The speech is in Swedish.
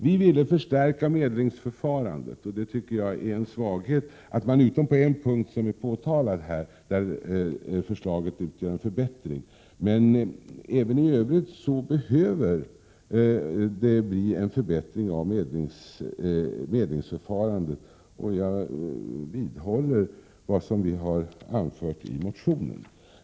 Vi ville förstärka medlingsförfarandet, och jag tycker att det är en svaghet att det utom på en punkt, där det föreliggande förslaget utgör en förbättring, behöver bli en förbättring av medlingsförfarandet. Jag vidhåller vad vi har anfört i motionen.